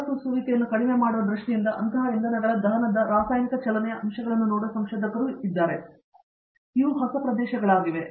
ಹೊರಸೂಸುವಿಕೆಯನ್ನು ಕಡಿಮೆ ಮಾಡುವ ದೃಷ್ಟಿಯಿಂದ ಅಂತಹ ಇಂಧನಗಳ ದಹನದ ರಾಸಾಯನಿಕ ಚಲನೆಯ ಅಂಶಗಳನ್ನು ನೋಡುವ ಸಂಶೋಧಕರು ಸಹ ಇದ್ದಾರೆ ಅವುಗಳು ಹೊಸ ಪ್ರದೇಶಗಳಾಗಿವೆ